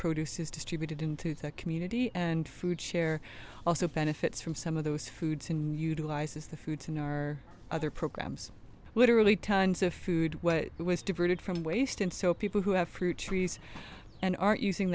produce is distributed into the community and food share also benefits from some of those foods and utilizes the foods in our other programs literally tons of food was diverted from waste and so people who have fruit trees and are using